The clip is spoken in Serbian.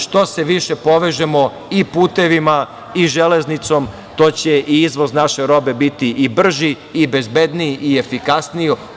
Što se više povežemo i putevima i železnicom, to će i izvoz naše robe biti i brži i bezbedniji i efikasniji.